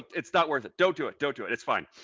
it's not worth it! don't do it! don't do it. it's fine.